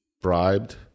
bribed